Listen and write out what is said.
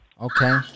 Okay